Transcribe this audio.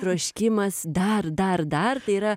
troškimas dar dar dar yra